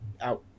out